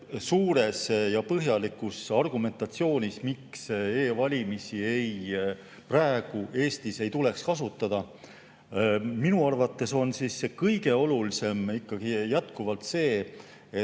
suures ja põhjalikus argumentatsioonis, miks e‑valimisi praegu Eestis ei tuleks kasutada, on minu arvates kõige olulisem ikkagi jätkuvalt see, et